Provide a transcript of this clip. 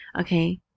okay